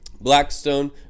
Blackstone